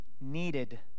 needed